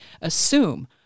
assume